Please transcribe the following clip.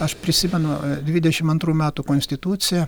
aš prisimenu dvidešimt antrų metų konstituciją